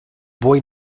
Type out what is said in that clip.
boy